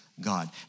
God